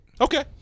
Okay